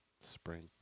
Spring